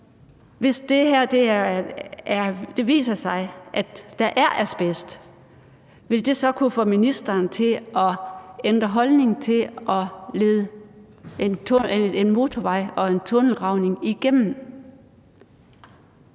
hvis det viser sig, at der er asbest, vil det så kunne få ministeren til at ændre holdning til at lede en motorvej og en tunnelgravning igennem?